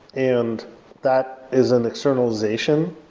and that is an externalization,